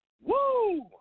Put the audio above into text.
Woo